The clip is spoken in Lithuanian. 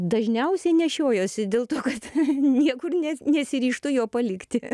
dažniausiai nešiojuosi dėl to kad niekur ne nesiryžtu jo palikti